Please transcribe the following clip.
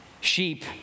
Sheep